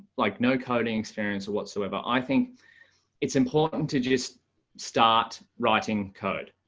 like no coding experience whatsoever, i think it's important to just start writing code,